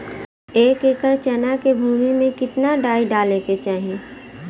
एक एकड़ चना के भूमि में कितना डाई डाले के चाही?